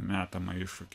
metamą iššūkį